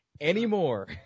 anymore